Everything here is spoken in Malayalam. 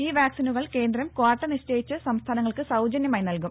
ഈ വാക്സിനുകൾ കേന്ദ്രം ക്വാട്ട നിശ്ചയിച്ച് സംസ്ഥാനങ്ങൾക്ക് സൌജന്യമായി നൽകും